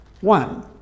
One